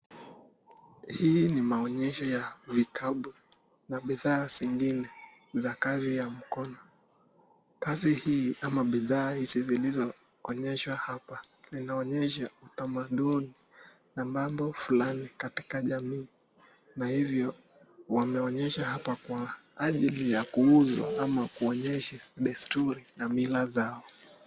Hii ni maonyesho ya vikabu na bidhaa za kazi ya mkono kazi hii ama bidhaa zilizoonyeshwa hapa inaonyesha utamaduni na mambo fulani na hiyo wameonyesha hapa kwa hata Ile ya kuuza ama kuonyesha desturi na Mila zao.